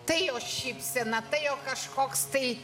tai jo šypsena tai jo kažkoks tai